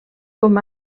com